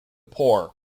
poor